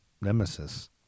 nemesis